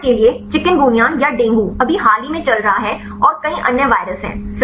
उदाहरण के लिए चिकनगुनिया या डेंगू अभी हाल ही में चल रहा है और कई अन्य वायरस हैं